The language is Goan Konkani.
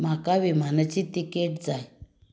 म्हाका विमानाची तिकेट जाय